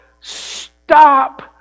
stop